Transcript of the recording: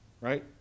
right